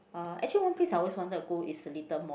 uh actually one place I always wanted to go is Seletar-Mall